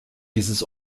dieses